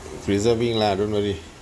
preserving lah don't worry